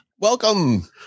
Welcome